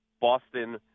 Boston